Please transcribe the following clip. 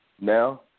now